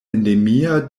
endemia